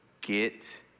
get